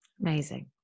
Amazing